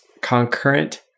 concurrent